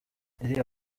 iriya